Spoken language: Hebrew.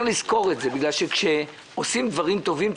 לזכור שכאשר עושים דברים טובים,